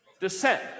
descent